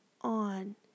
on